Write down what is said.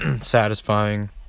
satisfying